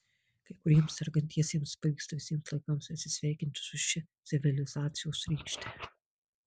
kai kuriems sergantiesiems pavyksta visiems laikams atsisveikinti su šia civilizacijos rykšte